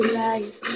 life